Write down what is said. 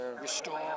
restore